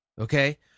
Okay